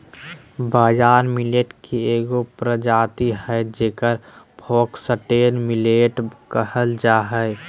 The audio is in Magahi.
बाजरा मिलेट के एगो प्रजाति हइ जेकरा फॉक्सटेल मिलेट कहल जा हइ